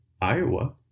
Iowa